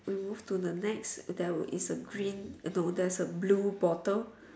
we move to the next there is a green no there is a blue bottle